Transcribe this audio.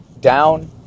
down